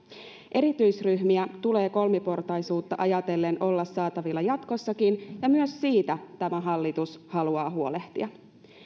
erityisryhmiä tulee kolmiportaisuutta ajatellen olla saatavilla jatkossakin ja myös siitä tämä hallitus haluaa huolehtia